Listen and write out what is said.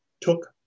took